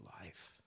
life